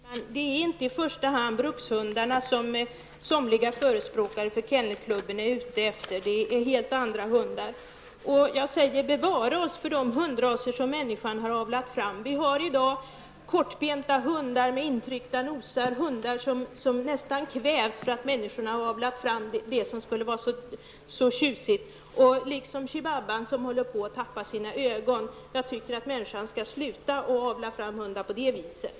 Fru talman! Det är inte i första hand brukshundarna som somliga förespråkare för kennelklubben är ute efter, utan det är helt andra hundar. Bevare oss för de hundraser som människan har avlat fram! Vi har i dag kortbenta hundar med intryckta nosar, hundar som nästan kvävs därför att människorna har avlat fram sådant som skulle vara tjusigt. Det gäller även chihuahua-rasen, som håller på att tappa sina ögon. Jag tycker att människan skall sluta avla fram hundar på det viset.